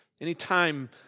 Anytime